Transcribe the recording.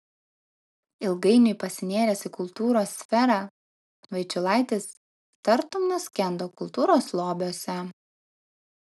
ilgainiui pasinėręs į kultūros sferą vaičiulaitis tartum nuskendo kultūros lobiuose